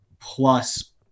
plus